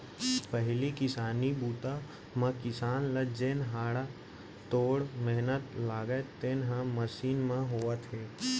पहिली किसानी बूता म किसान ल जेन हाड़ा तोड़ मेहनत लागय तेन ह मसीन म होवत हे